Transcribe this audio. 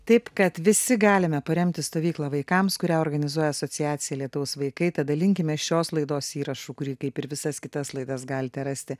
taip kad visi galime paremti stovyklą vaikams kurią organizuoja asociacija lietaus vaikai tad dalinkimės šios laidos įrašu kurį kaip ir visas kitas laidas galite rasti